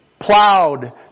plowed